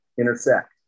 intersect